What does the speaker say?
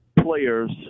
players